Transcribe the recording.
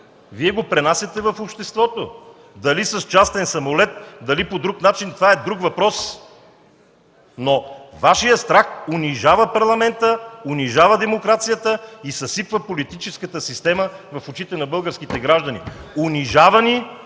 Вие го пренасяте в обществото. Дали с частен самолет, дали по друг начин, това е друг въпрос. Но Вашият страх унижава Парламента, унижава демокрацията и съсипва политическата система в очите на българските граждани. Унижава ни